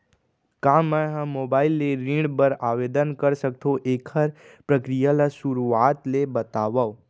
का मैं ह मोबाइल ले ऋण बर आवेदन कर सकथो, एखर प्रक्रिया ला शुरुआत ले बतावव?